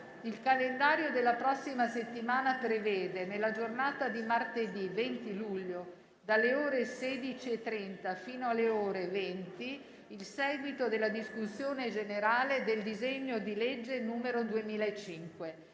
Il calendario della prossima settimana prevede, nella giornata di martedì 20 luglio, dalle ore 16,30 fino alle ore 20, il seguito della discussione generale del disegno di legge n. 2005.